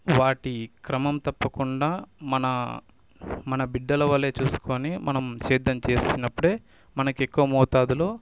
వాటి క్రమం తప్పకుండా మన మన బిడ్డల వలే చూసుకొని మనం సేద్యం చేస్తున్నప్పుడే మనకి ఎక్కువ మోతాదులో